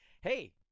hey